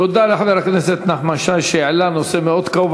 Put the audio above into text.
תודה לחבר הכנסת נחמן שי, שהעלה נושא מאוד כאוב.